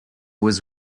was